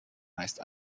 meist